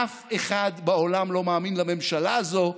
אף אחד בעולם לא מאמין לממשלה הזאת,